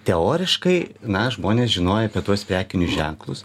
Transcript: teoriškai mes žmonės žinojo apie tuos prekinius ženklus